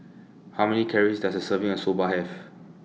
How Many Calories Does A Serving of Soba Have